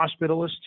hospitalist